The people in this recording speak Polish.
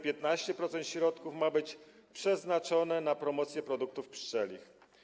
15% środków ma być przeznaczonych na promocję produktów pszczelich.